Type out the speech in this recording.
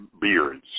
beards